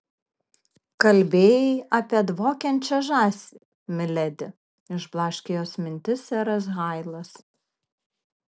kalbėjai apie dvokiančią žąsį miledi išblaškė jos mintis seras hailas